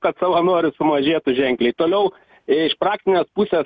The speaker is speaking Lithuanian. kad savanorių sumažėtų ženkliai toliau iš praktinės pusės